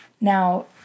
Now